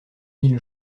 mille